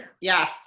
Yes